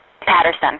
Patterson